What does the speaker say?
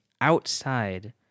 outside